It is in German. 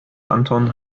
anton